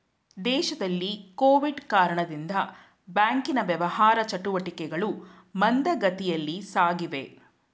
ದೇಶದಲ್ಲಿ ಕೊವಿಡ್ ಕಾರಣದಿಂದ ಬ್ಯಾಂಕಿನ ವ್ಯವಹಾರ ಚಟುಟಿಕೆಗಳು ಮಂದಗತಿಯಲ್ಲಿ ಸಾಗಿವೆ